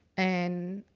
and,